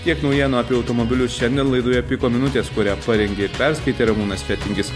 tiek naujienų apie automobilius šiandien laidoje piko minutės kurią parengė ir perskaitė ramūnas fetingis